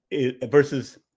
versus